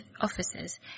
officers